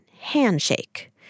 handshake